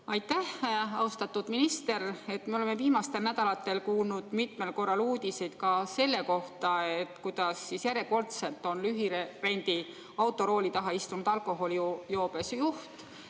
Aitäh! Austatud minister! Me oleme viimastel nädalatel kuulnud mitmel korral uudiseid selle kohta, kuidas järjekordselt on lühirendiauto rooli taha istunud alkoholijoobes juht.